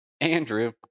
Andrew